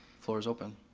floor is open.